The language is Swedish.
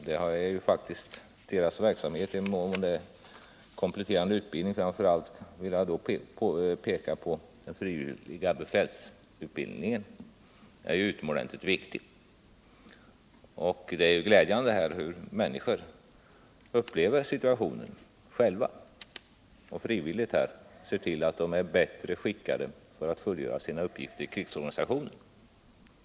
Deras verksamhet som omfattar kompletterande utbildning — och framför allt vill jag peka på den frivilliga befälsutbildningen — är ju utomordentligt viktig. Det är glädjande hur människor själva upplever situationens allvar och frivilligt ser till att de är bättre skickade att fullgöra sina uppgifter i krigsorganisationen.